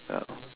yeah